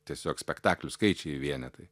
tiesiog spektaklių skaičiai vienetai